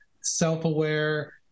self-aware